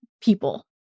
people